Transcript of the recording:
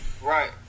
Right